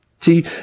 See